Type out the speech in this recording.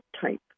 type